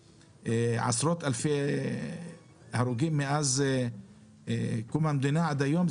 עשרות אלפי הרוגים מאז קום המדינה עד היום,